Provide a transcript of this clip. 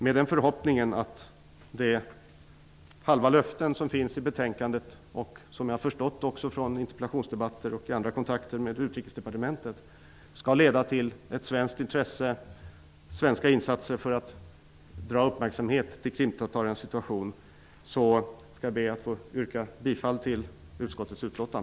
Med förhoppningen att de halva löften som finns i betänkandet -- och som jag förstått även av interpellationsdebatter och andra kontakter med Utrikesdepartementet -- skall leda till ett svenskt intresse och svenska insatser för att dra uppmärksamhet till krimtatarernas situation, ber jag att få yrka bifall till utskottets hemställan.